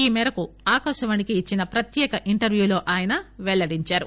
ఈ మేరకు ఆకాశవాణికి ఇచ్చిన ప్రత్యేక ఇంటర్యూలో ఆయన పెల్లడించారు